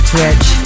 Twitch